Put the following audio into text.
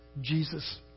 Jesus